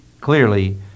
clearly